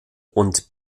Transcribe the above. und